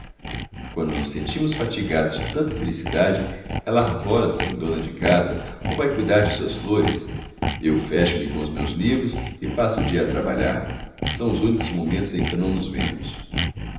quando nos sentimos fatigados de tanta felicidade ela arvora se em dona de casa ou vai cuidar de suas flores eu fecho me com os meus livros e passo o dia a trabalhar são os únicos momentos em que não nos vemos